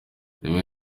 rimwe